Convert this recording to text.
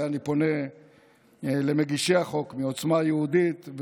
בזה אני פונה למגישי החוק מעוצמה יהודית,